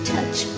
Touch